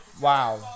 Wow